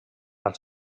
als